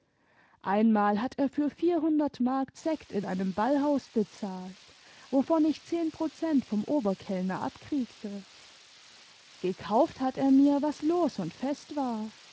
einmal hat er für vierhundert mark sekt in einem ballhaus bezahlt wovon ich zehn prozent vom oberkellner abkriegte gekauft hat er mir was los und fest war